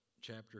chapter